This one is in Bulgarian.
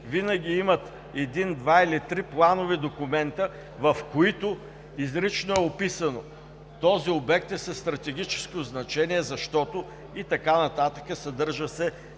винаги имат един, два или три планови документа, в които изрично е описано – този обект е със стратегическо значение, защото… И така нататък, съдържа се